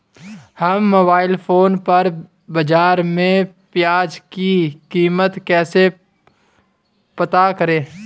हम mobile phone पर बाज़ार में प्याज़ की कीमत कैसे पता करें?